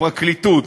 הפרקליטות,